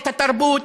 את התרבות,